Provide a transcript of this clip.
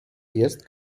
jest